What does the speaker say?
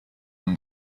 when